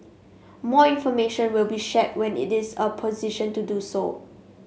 more information will be shared when it is in a position to do so